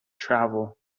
travel